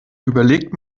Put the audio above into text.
überlegt